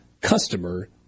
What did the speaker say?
customer